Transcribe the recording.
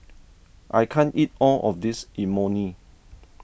I can't eat all of this Imoni